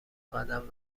قدم